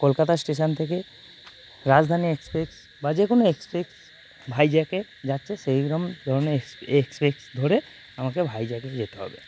Kolkata station থেকে Rajdhani express বা যে কোনও এক্সপেক্স ভাইজ্যাগে যাচ্ছে সেইরকম ধরনের এক্স এক্সপেক্স ধরে আমাকে ভাইজ্যাগেই যেতে হবে